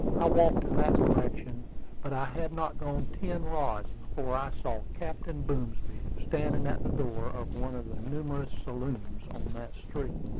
i walked in that direction but i had not gone ten rods before i saw captain boomsby standing at the door of one of the numerous saloons on that street.